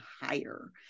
higher